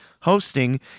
hosting